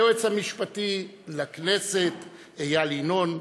היועץ המשפטי לכנסת איל ינון,